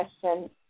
question